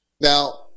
Now